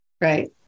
Right